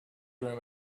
room